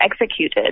executed